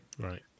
Right